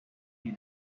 may